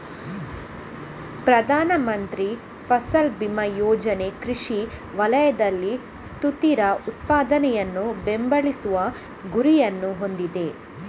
ಪ್ರಧಾನ ಮಂತ್ರಿ ಫಸಲ್ ಬಿಮಾ ಯೋಜನೆ ಕೃಷಿ ವಲಯದಲ್ಲಿ ಸುಸ್ಥಿರ ಉತ್ಪಾದನೆಯನ್ನು ಬೆಂಬಲಿಸುವ ಗುರಿಯನ್ನು ಹೊಂದಿದೆ